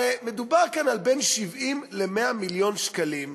הרי מדובר כאן על בין 70 ל-100 מיליון שקלים,